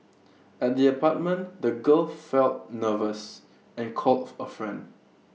at the apartment the girl felt nervous and called of A friend